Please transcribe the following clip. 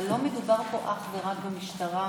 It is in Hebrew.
אבל לא מדובר פה אך ורק במשטרה